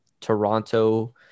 toronto